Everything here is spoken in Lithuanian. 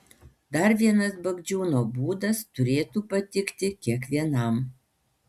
dar vienas bagdžiūno būdas turėtų patikti kiekvienam